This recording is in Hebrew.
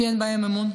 כי אין בכם אמון,